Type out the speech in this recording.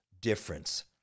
difference